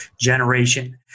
generation